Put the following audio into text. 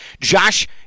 Josh